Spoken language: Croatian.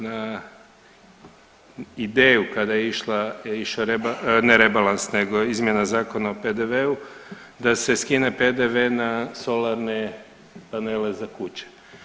Na ideju kada je išla, išao rebalans, ne rebalans nego izmjena Zakona o PDV-u, da se skine PDV na solarne panele za kuće.